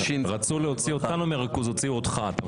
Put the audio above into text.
רצו להוציא אותנו מריכוז, הוציאו אותך.